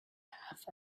half